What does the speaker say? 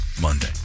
Monday